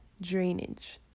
drainage